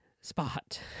spot